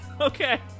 Okay